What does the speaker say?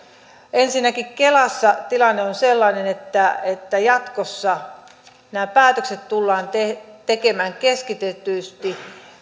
ensinnäkin kelassa tilanne on sellainen että että jatkossa nämä päätökset tullaan tekemään keskitetysti